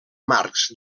marcs